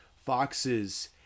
foxes